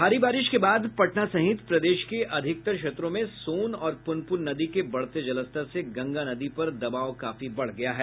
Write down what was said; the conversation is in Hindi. भारी बारिश के बाद पटना सहित प्रदेश के अधिकतर क्षेत्रों में सोन और पुनपुन नदी के बढ़ते जलस्तर से गंगा नदी पर दबाव काफी बढ़ गया है